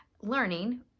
learning